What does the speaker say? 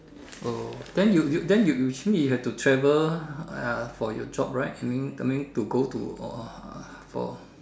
oh then you you then you you which mean you have to travel uh for your job right I mean I mean to go to uh for